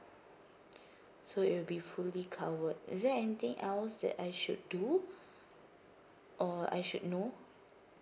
so it'll be fully covered is there anything else that I should do or I should know